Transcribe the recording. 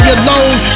alone